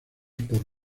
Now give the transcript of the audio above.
por